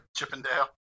Chippendale